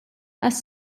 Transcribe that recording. għas